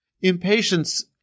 impatience